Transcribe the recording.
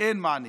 אין מענה.